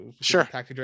sure